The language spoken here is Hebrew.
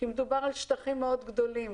מדובר על שטחים מאוד גדולים,